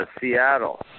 Seattle